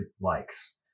likes